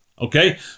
Okay